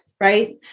right